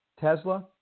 Tesla